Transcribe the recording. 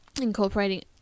incorporating